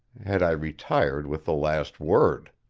had i retired with the last word.